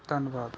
ਧੰਨਵਾਦ